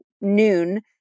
noon